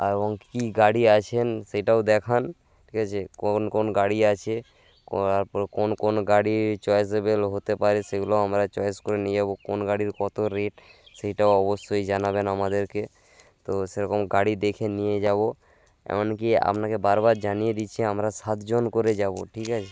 আর কী গাড়ি আছেন সেটাও দেখান ঠিক আছে কোন কোন গাড়ি আছে তারপর কোন কোন গাড়ির চয়েসেবেল হতে পারে সেগুলোও আমরা চয়েস করে নিয়ে যাবো কোন গাড়ির কত রেট সেইটাও অবশ্যই জানাবেন আমাদেরকে তো সেরকম গাড়ি দেখে নিয়ে যাবো এমনকি আপনাকে বারবার জানিয়ে দিচ্ছি আমরা সাতজন করে যাবো ঠিক আছে